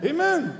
Amen